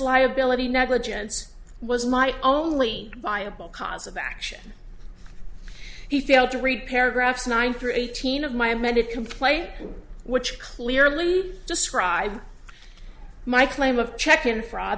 liability negligence was my only viable cause of action he failed to read paragraphs nine through eighteen of my amended complaint which clearly describes my claim of check and fr